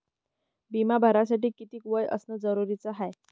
बिमा भरासाठी किती वय असनं जरुरीच हाय?